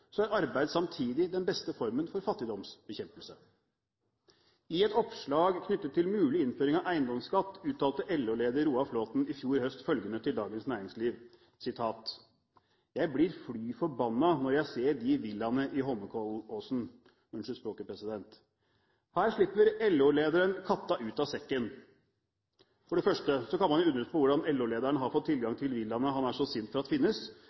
er arbeid samtidig den beste formen for fattigdomsbekjempelse. I et oppslag knyttet til mulig innføring av eiendomsskatt uttalte LO-leder Roar Flåthen i fjor høst følgende til Dagens Næringsliv: «Jeg blir fly forbannet når jeg ser de villaene i Holmenkollåsen – Unnskyld språket, president. Her slipper LO-lederen katta ut av sekken. For det første kan man jo undres over hvordan LO-lederen har fått tilgang til villaene han er så sint for at finnes, men langt mer alvorlig er det